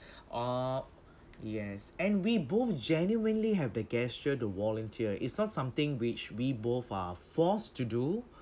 uh yes and we both genuinely have the gesture to volunteer it's not something which we both are forced to do